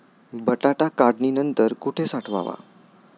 बटाटा काढणी नंतर कुठे साठवावा?